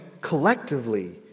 collectively